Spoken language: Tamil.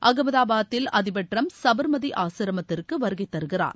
அகமதாபாத்தில் அதிபர் டிரம்ப் சபர்மதி ஆசிரமத்திற்கு வருகை தருகிறார்